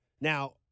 Now